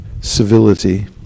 civility